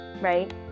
right